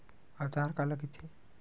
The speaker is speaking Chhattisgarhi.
औजार काला कइथे?